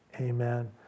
Amen